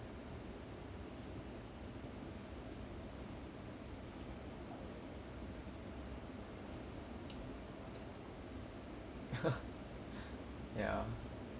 ya